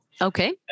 Okay